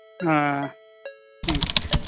हँ हुँ